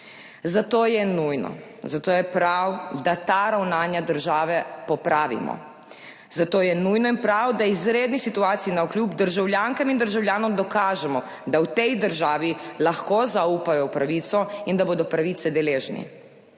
Zato je nujno, zato je prav, da ta ravnanja države popravimo. Zato je nujno in prav, da izredni situaciji navkljub državljankam in državljanom dokažemo, da v tej državi lahko zaupajo v pravico in da bodo pravice deležni.